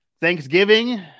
Thanksgiving